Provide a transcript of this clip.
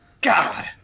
God